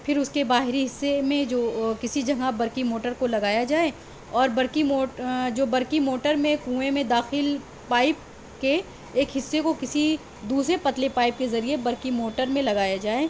پھر اس کے باہری حصہ میں جو کسی جگہ برقی موٹر کو لگایا جائے اور برقی موٹ جو برقی موٹر میں کنویں میں داخل پائپ کے ایک حصہ کو کسی دوسرے پتلے پائپ کے ذریعہ برقی موٹر میں لگایا جائے